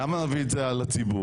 למה להביא את זה על הציבור?